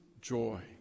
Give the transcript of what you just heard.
joy